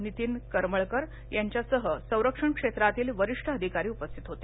नितीन करमळकर यांच्यासह संरक्षण क्षेत्रातील वरिष्ठ अधिकारी उपस्थित होते